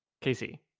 Casey